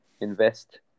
invest